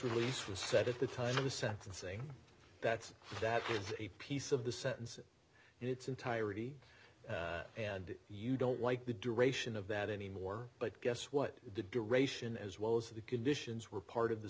release was set at the time of the sentencing that's that a piece of the sentence in its entirety and you don't like the duration of that anymore but guess what the duration as well as the conditions were part of the